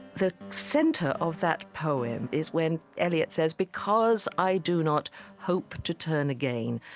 the center of that poem is when eliot says, because i do not hope to turn again,